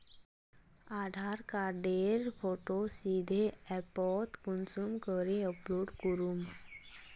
आधार कार्डेर फोटो सीधे ऐपोत कुंसम करे अपलोड करूम?